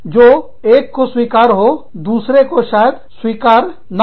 जो एक को स्वीकार्य हो दूसरे को शायद शिकार ना हो